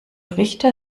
richter